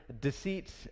deceit